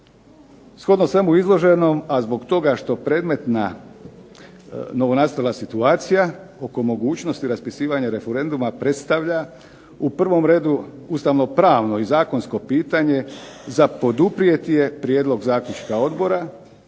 Shodno svemu izloženom, a zbog toga što predmetna novonastala situacija oko mogućnosti raspisivanja referenduma predstavlja u prvom redu ustavno-pravno i zakonsko pitanje za poduprijeti je prijedlog zaključka odbora,